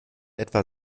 etwa